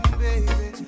baby